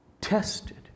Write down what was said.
tested